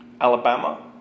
Alabama